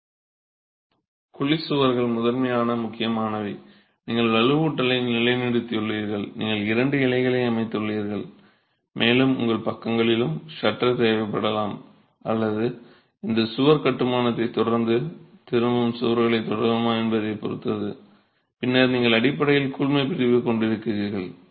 குழி சுவர்கள் முதன்மையாக முக்கியமானவை நீங்கள் வலுவூட்டலை நிலைநிறுத்தியுள்ளீர்கள் நீங்கள் இரண்டு இலைகளை அமைத்துள்ளீர்கள் மேலும் உங்களுக்கு பக்கங்களிலும் ஷட்டர் தேவைப்படலாம் அல்லது இந்த சுவர் கட்டுமானத்தைத் தொடர்ந்து திரும்பும் சுவர்களைத் தொடருமா என்பதைப் பொறுத்தது பின்னர் நீங்கள் அடிப்படையில் கூழ்மப்பிரிப்பு கொண்டிருக்கிறீகள்